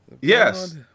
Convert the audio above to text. Yes